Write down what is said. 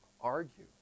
argue